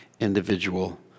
individual